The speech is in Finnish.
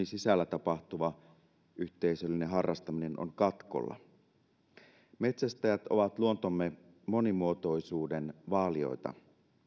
sisällä tapahtuva yhteisöllinen harrastaminen on katkolla metsästäjät ovat luontomme monimuotoisuuden vaalijoita